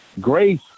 Grace